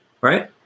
right